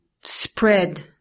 spread